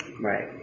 right